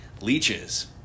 leeches